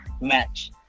match